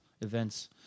events